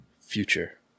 Future